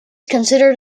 considered